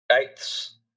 eighths